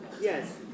Yes